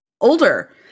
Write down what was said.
older